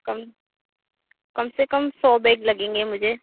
कम कम से कम सौ बेग लगेंगे मुझे